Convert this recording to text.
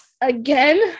again